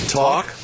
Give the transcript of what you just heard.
talk